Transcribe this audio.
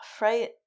right